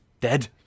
Dead